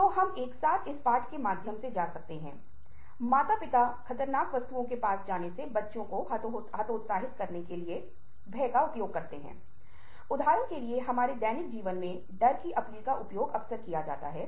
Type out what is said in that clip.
इसका सामना करने के लिए एक खुला रवैया विकसित करना बहुत महत्वपूर्ण है अपने स्वयं के विचारों को सुनने के लिए और अपने स्वयं के विचारों को खोलने के लिए और बल्कि जो आप सुन रहे हैं उससे डरने के लिए नहीं